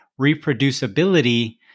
reproducibility